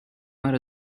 might